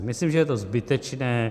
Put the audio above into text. Myslím, že je to zbytečné.